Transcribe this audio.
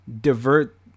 divert